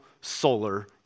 solar